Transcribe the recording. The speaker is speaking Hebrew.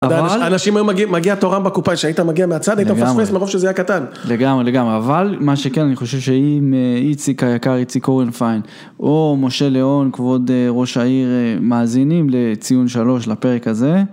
אנשים היו מגיעים, מגיעה תורם בקופאי שהייתה מגיעה מהצד, הייתה פספסת מרוב שזה היה קטן. לגמרי, לגמרי, אבל מה שכן, אני חושב שאם איציק היקר, איציק אורן פיין או משה ליאון, כבוד ראש העיר, מאזינים לציון שלוש לפרק הזה.